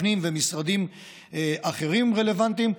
הפנים ומשרדים רלוונטיים אחרים,